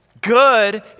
Good